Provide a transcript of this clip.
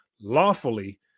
lawfully